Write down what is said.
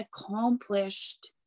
accomplished